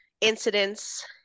incidents